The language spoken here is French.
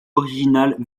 originales